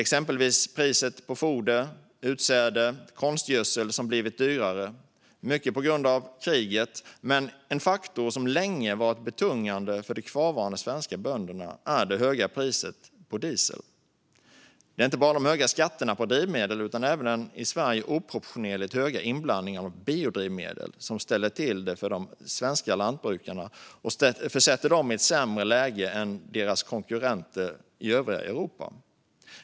Exempelvis foder, utsäde och konstgödsel har blivit dyrare - mycket på grund av kriget, men en faktor som länge varit betungande för de kvarvarande svenska bönderna är det höga priset på diesel. Det är inte bara de höga skatterna på drivmedel utan även den i Sverige oproportionerligt höga inblandningen av biodrivmedel som ställer till det för de svenska lantbrukarna och försätter dem i ett sämre läge än deras konkurrenter i övriga Europa.